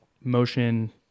motion